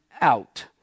out